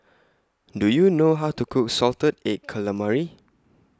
Do YOU know How to Cook Salted Egg Calamari